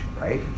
right